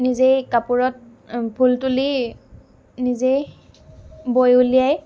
নিজেই কাপোৰত ফুল তুলি নিজেই বৈ উলিয়াই